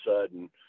sudden